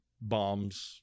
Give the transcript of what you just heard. bombs